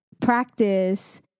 practice